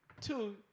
Two